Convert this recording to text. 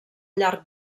llarg